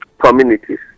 communities